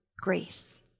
grace